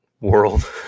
world